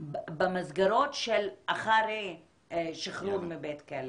במסגרות של אחרי שחרור מבית הכלא,